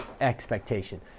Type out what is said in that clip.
expectation